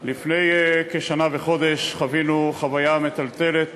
לפני כשנה וחודש חווינו חוויה מטלטלת